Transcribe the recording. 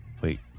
Wait